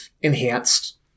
enhanced